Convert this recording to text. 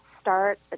start